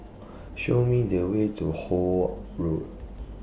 Show Me The Way to Holt Road